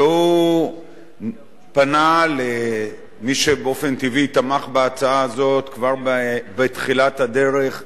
והוא פנה למי שבאופן טבעי תמך בהצעה הזאת כבר בתחילת הדרך,